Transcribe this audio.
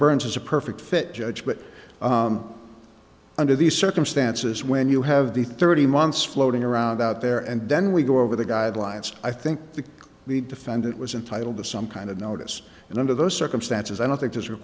burns is a perfect fit judge but under these circumstances when you have the thirty months floating around out there and then we go over the guidelines i think that the defendant was entitle to some kind of notice and under those circumstances i don't think